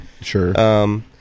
Sure